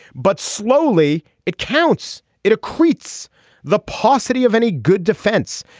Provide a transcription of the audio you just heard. but slowly it counts. it creates the paucity of any good defense.